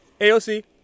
AOC